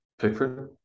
Pickford